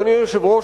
אדוני היושב-ראש,